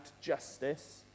justice